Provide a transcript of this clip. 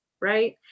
Right